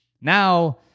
Now